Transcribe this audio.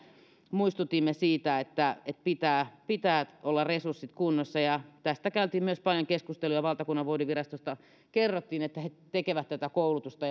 muistutimme siitä että että pitää pitää olla resurssit kunnossa ja tästä käytiin myös paljon keskustelua ja valtakunnanvoudinvirastosta kerrottiin että he tekevät tätä koulutusta